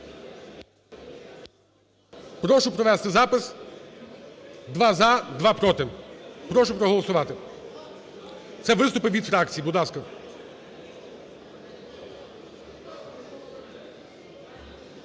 Прошу провести запис: два – за, два – проти. Прошу проголосувати. Це виступи від фракцій, будь ласка.